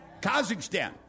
Kazakhstan